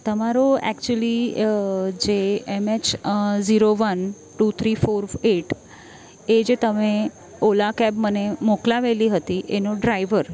તમારો એકચ્યુલી જે M H zero one two three four eight A જે તમે ઓલા કેબ મને મોકલાવેલી હતી એનો ડ્રાઈવર